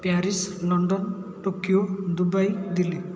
Paris London Tokyo Dubai Delhi